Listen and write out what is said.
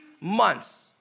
months